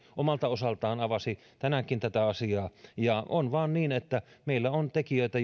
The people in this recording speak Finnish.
omalta osaltaan avasi tänään tätä asiaa ja on vain niin että meillä on tekijöitä